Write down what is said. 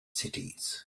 cities